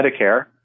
Medicare